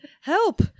Help